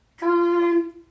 gone